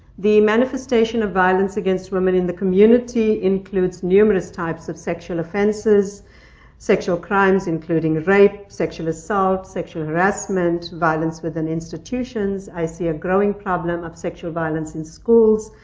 the manifestation of violence against women in the community includes numerous types of sexual offenses sexual crimes including rape, sexual assault, sexual harassment, violence within institutions. i see a growing problem of sexual violence in schools.